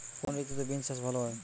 কোন ঋতুতে বিন্স চাষ ভালো হয়?